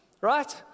right